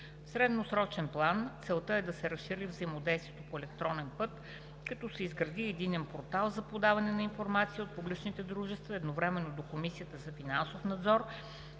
средносрочен план целта е да се разшири взаимодействието по електронен път, като се изгради единен портал за подаване на информация от публичните дружества едновременно до Комисията за финансов надзор,